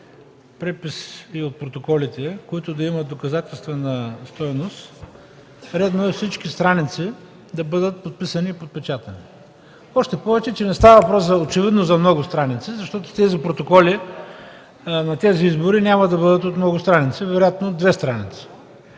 препис и от протоколите, които да имат доказателствена стойност, редно е всички страници да бъдат подписани и подпечатани. Още повече, че очевидно не става въпрос за много страници, защото тези протоколи на тези избори няма да бъдат от много страници – вероятно две страници.